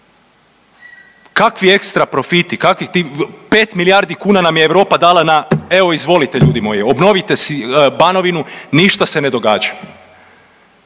Kakvi ekstra profiti, kakvi ti, 5 milijardi kuna nam je Europa na evo izvolite ljudi moji, obnovite si Banovinu. Ništa se ne događa.